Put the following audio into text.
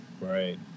Right